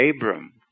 Abram